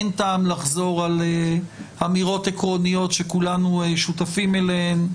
אין טעם לחזור על אמירות עקרוניות שכולנו שותפים אליהן.